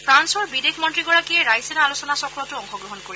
ফ্ৰান্সৰ বিদেশ মন্ত্ৰীগৰাকীয়ে ৰাইচিনা আলোচনাচক্ৰতো অংশগ্ৰহণ কৰিব